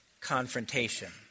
confrontation